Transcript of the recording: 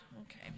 Okay